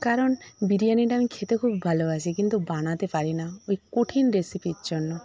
কারণ বিরিয়ানিটা আমি খেতে খুব ভালোবাসি কিন্তু বানাতে পারি না এই কঠিন রেসিপির জন্য